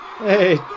Hey